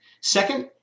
Second